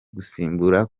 gusimbura